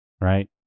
right